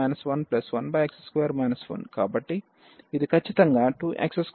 అవుతుంది